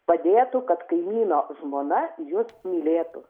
padėtų kad kaimyno žmona jus mylėtų